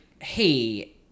hey